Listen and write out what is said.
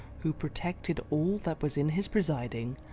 who protected all that was in his presiding,